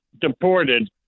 deported